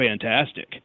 fantastic